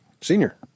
Senior